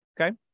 Okay